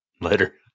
Later